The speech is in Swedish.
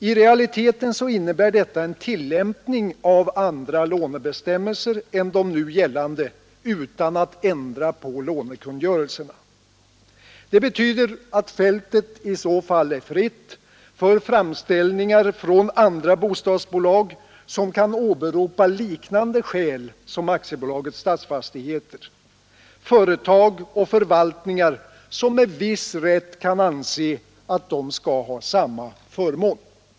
I realiteten innebär detta en tillämpning av andra lånebestämmelser än de nu gällande utan att man ändrar på lånekungörelserna. Det betyder att fältet i så fall nu blir fritt för framställningar från andra bostadsbolag, som kan åberopa liknande skäl som AB Stadsfastigheter — företag och förvaltningar som med viss rätt kan anse att de skall ha samma förmån.